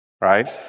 right